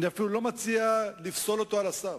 אני אפילו לא מציע לפסול אותו על הסף,